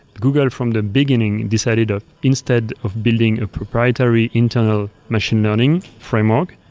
google, from the beginning, decided to instead of building a proprietary internal machine learning framework,